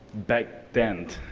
back demand.